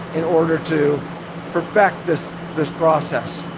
in order to perfect this this process.